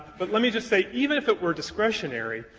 but let me just say, even if it were discretionary,